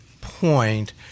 point